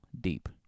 deep